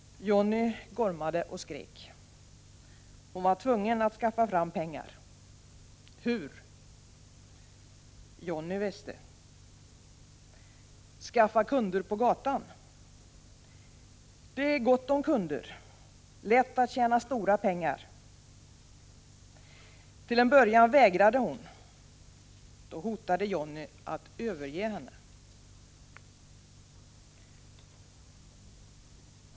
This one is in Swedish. Jonny gormade och skrek. Hon var tvungen att skaffa fram pengar. Hur? Jonny visste. Skaffa kunder på gatan. Det är gott om kunder. Lätt att tjäna stora pengar. Till en början vägrade hon. Då hotade Jonny att överge henne.